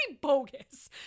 bogus